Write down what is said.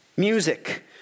Music